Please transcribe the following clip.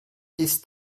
ist